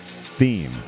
theme